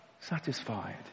satisfied